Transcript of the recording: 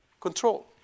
control